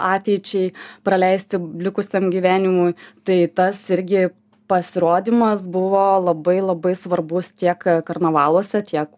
ateičiai praleisti likusiam gyvenimui tai tas irgi pasirodymas buvo labai labai svarbus tiek karnavaluose tiek